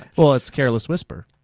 well, it's careless whisper.